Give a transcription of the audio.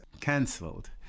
cancelled